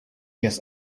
just